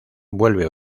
vuelve